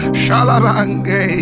shalabange